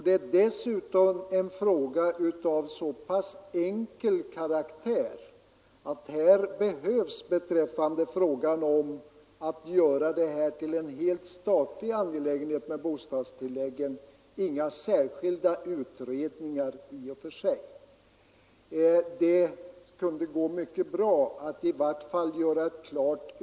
Den är dessutom av så pass enkel karaktär att det i och för sig inte behövs några särskilda utredningar för att göra bostadstilläggen till en helt statlig angelägenhet.